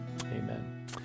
amen